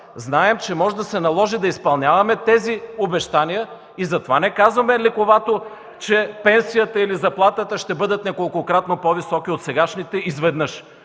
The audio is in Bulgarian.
знаем, че може да се наложи да изпълняваме тези обещания и затова не казваме лековато, че пенсията или заплатата ще бъдат неколкократно по-високи от сегашните изведнъж!